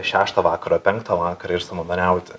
šeštą vakaro penktą vakaro ir savanoriauti